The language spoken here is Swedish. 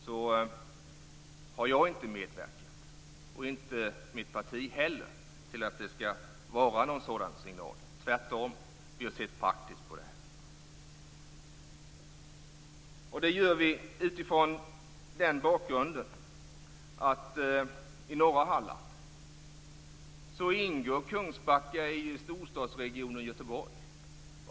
Jag har inte medverkat, och inte heller mitt parti, till att det skall vara en sådan signal. Tvärtom har vi sett praktiskt på detta. Det gör vi utifrån den bakgrunden att Kungsbacka i norra Halland ingår i storstadsregionen Göteborg.